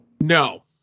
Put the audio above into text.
No